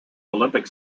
olympic